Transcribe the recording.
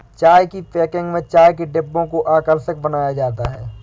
चाय की पैकेजिंग में चाय के डिब्बों को आकर्षक बनाया जाता है